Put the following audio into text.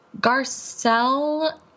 Garcelle